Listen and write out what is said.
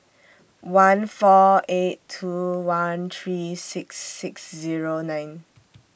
one four eight two one three six six Zero nine